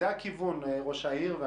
זה הכיוון, ראש העיר.